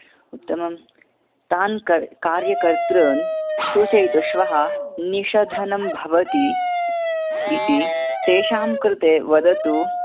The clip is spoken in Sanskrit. उत्तमं तान् कार्यकतॄन् सूचयतु श्वः निषधनं भवन्ति इति तेषां कृते वदतु